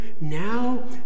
now